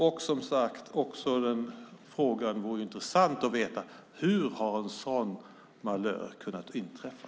Det vore också intressant att veta: Hur har en sådan malör kunnat inträffa?